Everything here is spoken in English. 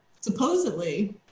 Supposedly